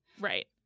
Right